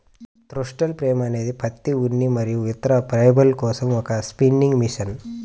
throstle frame అనేది పత్తి, ఉన్ని మరియు ఇతర ఫైబర్ల కోసం ఒక స్పిన్నింగ్ మెషిన్